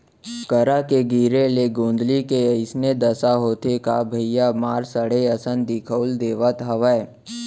करा के गिरे ले गोंदली के अइसने दसा होथे का भइया मार सड़े असन दिखउल देवत हवय